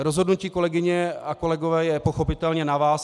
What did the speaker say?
Rozhodnutí, kolegyně a kolegové, je pochopitelně na vás.